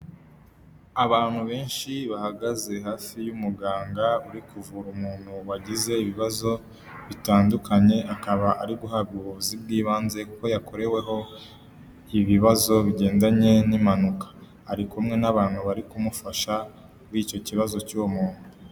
Abantu benshi bahagaze hafi y'umuganga uri kuvura umuntu wagize ibibazo bitandukanye, akaba ari guhabwa ubuyobozi bw'ibanze, kuko yakoreweho ibibazo bigendanye n'impanuka. Ari kumwe n'abantu bari kumufasha kuri icyo kibazo cy'uwo muntu.